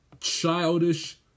childish